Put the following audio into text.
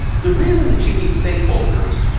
the reason that you need stakeholders,